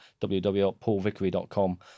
www.paulvickery.com